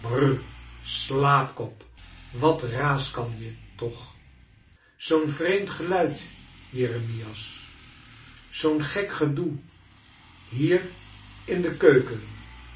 slaapkop wat raaskal je toch zoo'n vreemd geluid jeremias charles dickens z'oo'n gek gedoe hier in de keuken